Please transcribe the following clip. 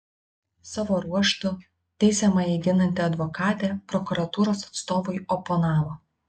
savo ruožtu teisiamąjį ginanti advokatė prokuratūros atstovui oponavo